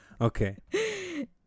Okay